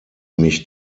mich